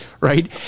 right